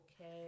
Okay